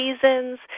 seasons